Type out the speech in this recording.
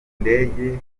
indege